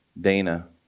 Dana